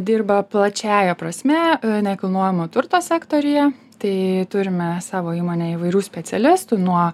dirba plačiąja prasme nekilnojamo turto sektoriuje tai turime savo įmonėj įvairių specialistų nuo